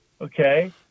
okay